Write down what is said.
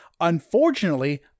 Unfortunately